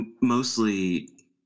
mostly